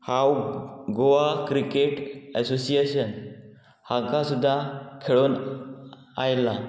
हांव Goa cricket association हाका सुद्दां खेळोन आयला